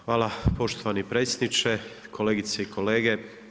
Hvala poštovani predsjedniče, kolegice i kolege.